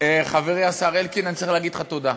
חברי השר אלקין, אני צריך להגיד לך תודה,